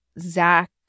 Zach